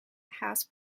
house